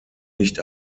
nicht